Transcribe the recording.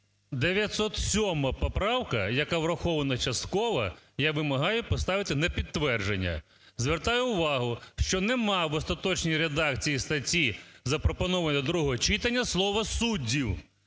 907 поправка, яка врахована частково, я вимагаю поставити на підтвердження. Звертаю увагу, що нема в остаточній редакції статті, запропонованої до другого читання, слова "суддів".